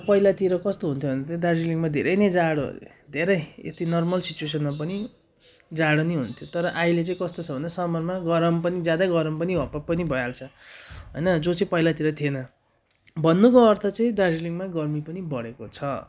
पहिलातिर कस्तो हुन्थ्यो भन्दा चाहिँ दार्जिलिङमा धेरै नै जाडो धेरै यति नर्मल सिच्वेसनमा पनि जाडो नै हुन्थ्यो तर अहिले चाहिँ कस्तो छ भन्दा समरमा गरम पनि ज्यादै गरम पनि हपहप पनि भइहाल्छ होइन जो चाहिँ पहिलातिर थिएन भन्नुको अर्थ चाहिँ दार्जिलिङमा गर्मी पनि बढेको छ